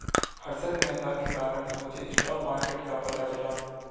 हर्षद मेहता के कारण मुझे स्टॉक मार्केट का पता चला